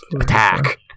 attack